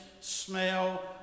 smell